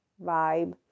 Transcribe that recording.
vibe